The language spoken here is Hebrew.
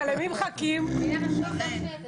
התשפ"ב-2022 (מ/1538),